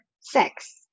sex